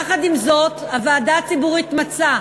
יחד עם זאת, הוועדה הציבורית מצאה,